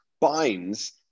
binds